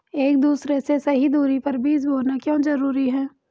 एक दूसरे से सही दूरी पर बीज बोना क्यों जरूरी है?